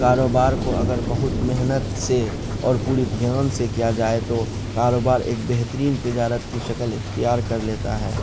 کاروبار کو اگر بہت محنت سے اور پوری دھیان سے کیا جائے تو کاروبار ایک بہترین تجارت کی شکل اختیار کر لیتا ہے